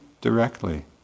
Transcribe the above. directly